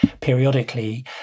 periodically